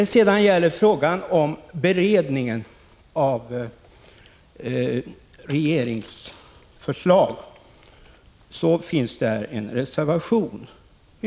I fråga om beredningen av regeringsförslag finns en reservation.